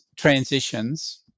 Transitions